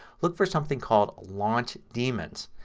look for something called launchdaemons.